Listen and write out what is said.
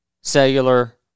cellular